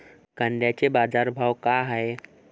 कांद्याचे बाजार भाव का हाये?